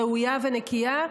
ראויה ונקייה,